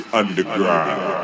underground